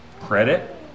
credit